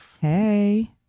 Hey